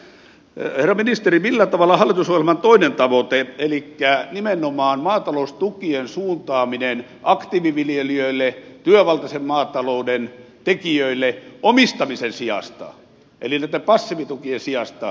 herra ministeri millä tavalla hallitusohjelman toinen tavoite elikkä nimenomaan maataloustukien suuntaaminen aktiiviviljelijöille työvaltaisen maatalouden tekijöille omistamisen sijasta eli näiden passiivitukien sijasta on edennyt